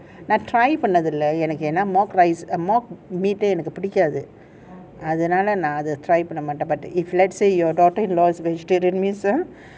நான்:naan try பண்ணுனது இல்ல ஏனா எனக்கு:pannunathu illa yena yenaku mock rice err mock meat பிடிக்காது அதுனால நான்:pidikaathu athunaala naan try பண்ண மாட்டேன்:panna maten if let's say your daughter in law is vegetarian means ah